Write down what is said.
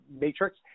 matrix